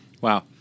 Wow